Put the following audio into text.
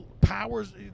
powers